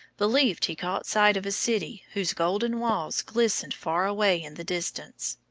believed he caught sight of a city whose golden walls glistened far away in the distance.